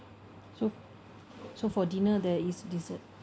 so so for dinner there is dessert